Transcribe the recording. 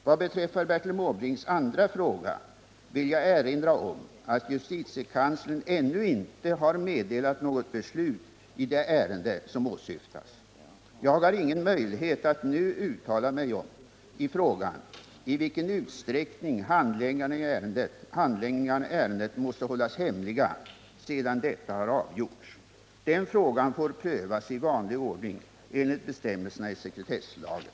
Vad beträffar Bertil Måbrinks andra fråga vill jag erinra om att justitiekanslern ännu inte har meddelat något beslut i det ärende som åsyftas. Jag har ingen möjlighet att nu uttala mig om i vilken utsträckning handlingarna i ärendet måste hållas hemliga sedan detta har avgjorts. Den frågan får prövas i vanlig ordning enligt bestämmelserna i sekretesslagen .